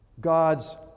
God's